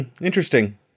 interesting